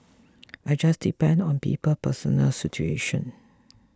it just depends on people's personal situation